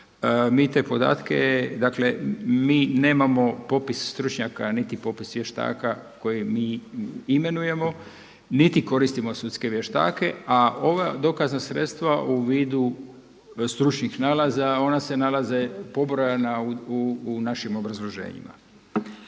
Mi te podatke, mi nemao popis stručnjaka niti popis vještaka koje mi imenujemo, niti koristimo sudske vještake a ova dokazna sredstva u vidu stručnih nalaza ona se nalaze pobrojana u našim obrazloženjima.